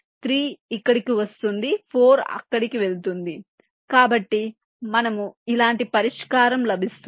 3 ఇక్కడకు వస్తుంది 4 అక్కడకు వస్తుంది కాబట్టి మనకు ఇలాంటి పరిష్కారం లభిస్తుంది